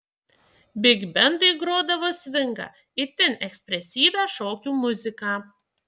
bigbendai grodavo svingą itin ekspresyvią šokių muziką